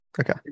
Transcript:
okay